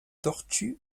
tortue